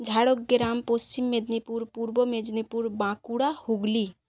Jhargram Paschim Medinipur Purba Medinipur Bankura Hooghly